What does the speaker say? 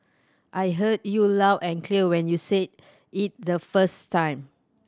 I heard you loud and clear when you said it the first time